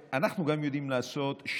אנחנו גם יודעים לעשות, לזה אתה מתכוון.